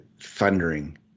thundering